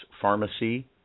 pharmacy